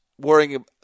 worrying